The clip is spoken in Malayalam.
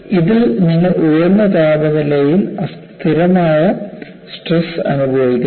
ഇതിൽ നിങ്ങൾ ഉയർന്ന താപനിലയിൽ സ്ഥിരമായ സ്ട്രെസ് അനുഭവിക്കുന്നു